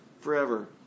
forever